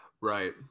Right